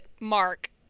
Mark